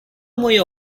moje